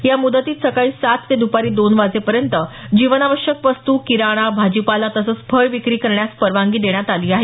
या मुदतीत सकाळी सात ते द्पारी दोन वाजेपर्यंत जीवनावश्यक वस्तू किराणा भाजीपाला तसंच फळ विक्री करण्यास परवानगी देण्यात आली आहे